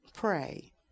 Pray